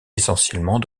essentiellement